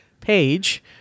page